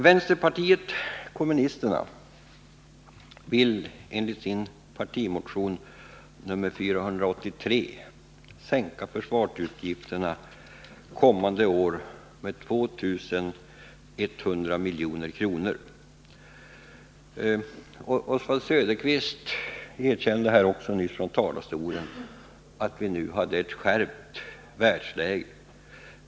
Vänsterpartiet kommunisterna vill enligt sin partimotion 483 sänka försvarsutgifterna kommande år med 2 100 milj.kr. Oswald Söderqvist erkände nyss från talarstolen att vi nu har ett skärpt världsläge.